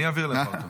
אני אעביר לך.